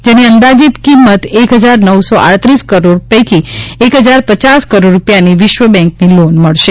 જેની અંદાજિત કિંમત એક હજાર નવસો આડત્રીસ કરોડ પૈકી એક હજાર પચાસ કરોડ રૂપિયાની વિશ્વ બેન્કની લોન મળશે